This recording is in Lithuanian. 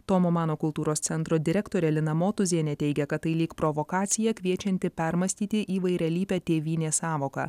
tomo mano kultūros centro direktorė lina motuzienė teigia kad tai lyg provokacija kviečianti permąstyti įvairialypę tėvynės sąvoką